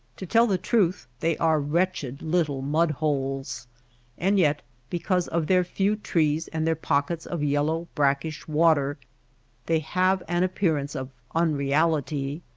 to tell the truth they are wretched little mud-holes and yet because of their few trees and their pockets of yellow brackish water they have an appearance of un reality.